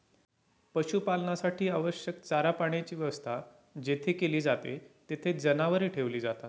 पशुपालनासाठी आवश्यक चारा पाण्याची व्यवस्था जेथे केली जाते, तेथे जनावरे ठेवली जातात